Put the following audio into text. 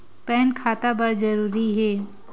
Pan खाता बर जरूरी हे?